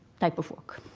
type of work.